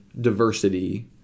diversity